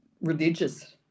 religious